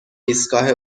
ایستگاه